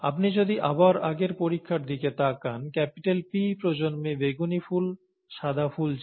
আপনি যদি আবার আগের পরীক্ষার দিকে তাকান P প্রজন্মে বেগুনি ফুল সাদা ফুল ছিল